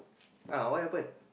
uh what happen